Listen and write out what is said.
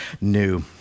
new